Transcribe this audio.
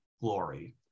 glory